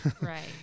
right